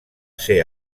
ser